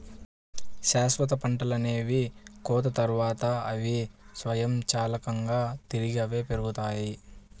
శాశ్వత పంటలనేవి కోత తర్వాత, అవి స్వయంచాలకంగా తిరిగి అవే పెరుగుతాయి